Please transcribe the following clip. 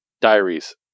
Diaries